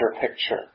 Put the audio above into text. picture